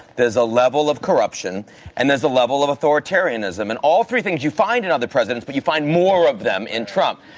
there's a level of corruption and there's a level of authoritarianism and all three things you find in other presidents, but you find more of them in trump.